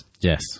Yes